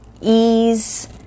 ease